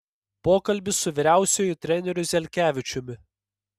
pokalbis su vyriausiuoju treneriu zelkevičiumi